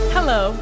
Hello